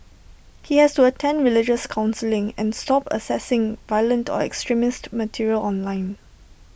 he has to attend religious counselling and stop accessing violent or extremist material online